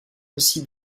aussi